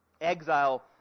Exile